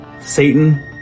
satan